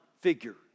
figure